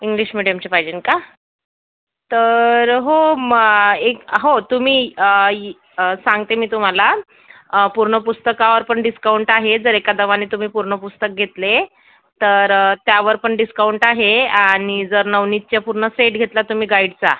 English मीडिअमची पाहिजेन का तर हो मग एक हो तुम्ही ई सांगते मी तुम्हाला पूर्ण पुस्तकावर पण डिस्काउंट आहे जर एका दवाने तुम्ही पूर्ण पुस्तक घेतले तर त्यावर पण डिस्काउंट आहे आणि जर नवनीतचे पूर्ण सेट घेतला तुम्ही गाईडचा